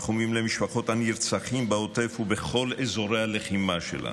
ותנחומים למשפחות הנרצחים בעוטף ובכל אזורי הלחימה שלנו.